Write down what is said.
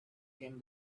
came